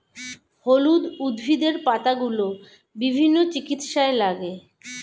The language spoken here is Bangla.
হলুদ উদ্ভিদের পাতাগুলো বিভিন্ন চিকিৎসায় লাগে